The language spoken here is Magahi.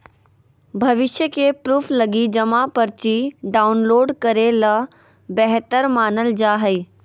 भविष्य के प्रूफ लगी जमा पर्ची डाउनलोड करे ल बेहतर मानल जा हय